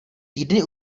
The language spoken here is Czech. týdny